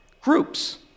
groups